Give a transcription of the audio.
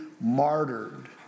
martyred